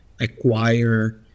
acquire